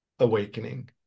awakening